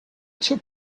took